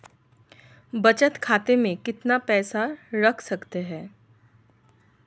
बचत खाते में कितना पैसा रख सकते हैं?